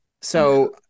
So-